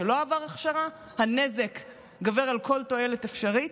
שלא עבר הכשרה, הנזק גובר על כל תועלת אפשרית,